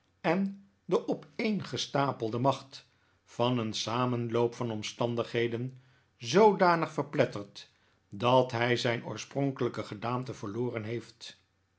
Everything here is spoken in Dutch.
en de opeengestapelde macht van een samenloop van omstandigheden zoodanig verpletterd dat hij zijn oorspronkelijke gedaante verloren heeft